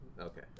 Okay